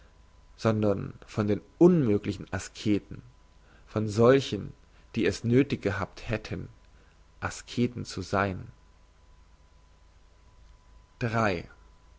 sondern von den unmöglichen asketen von solchen die es nöthig gehabt hätten asketen zu sein